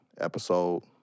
episode